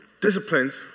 disciplines